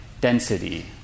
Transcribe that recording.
density